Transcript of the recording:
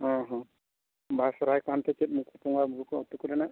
ᱦᱮᱸ ᱦᱮᱸ ᱵᱟᱦᱟ ᱥᱚᱨᱦᱟᱭ ᱠᱚ ᱚᱱᱛᱮ ᱪᱮᱫ ᱵᱚᱸᱜᱟ ᱵᱳᱨᱳ ᱠᱚ ᱟᱛᱳ ᱠᱚᱨᱮᱱᱟᱜ